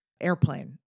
airplane